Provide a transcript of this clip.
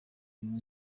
kunywa